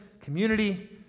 community